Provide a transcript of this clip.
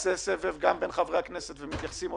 יש פה בעיה המספרים לא מתחברים.